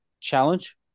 challenge